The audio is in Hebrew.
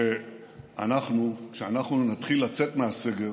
שכשאנחנו נתחיל לצאת מהסגר